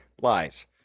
lies